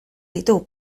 ditu